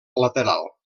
lateral